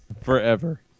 Forever